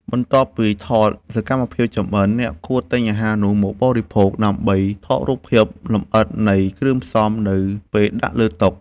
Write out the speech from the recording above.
បន្ទាប់ពីថតសកម្មភាពចម្អិន អ្នកគួរទិញអាហារនោះមកបរិភោគ ដើម្បីថតរូបភាពលម្អិតនៃគ្រឿងផ្សំនៅពេលដាក់លើតុ។